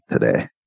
today